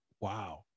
Wow